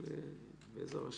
בעזרת השם,